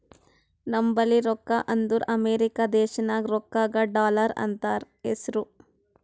ನಂಬಲ್ಲಿ ರೊಕ್ಕಾ ಅಂದುರ್ ಅಮೆರಿಕಾ ದೇಶನಾಗ್ ರೊಕ್ಕಾಗ ಡಾಲರ್ ಅಂತ್ ಹೆಸ್ರು